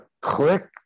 click